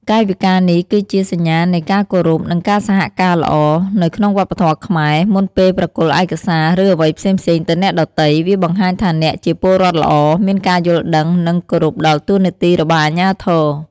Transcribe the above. កាយវិការនេះគឺជា សញ្ញានៃការគោរព និងការសហការល្អ នៅក្នុងវប្បធម៌ខ្មែរ មុនពេលប្រគល់ឯកសារ ឬអ្វីផ្សេងៗទៅអ្នកដទៃ វាបង្ហាញថាអ្នកជាពលរដ្ឋល្អ មានការយល់ដឹង និងគោរពដល់តួនាទីរបស់អាជ្ញាធរ។